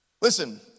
Listen